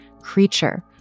creature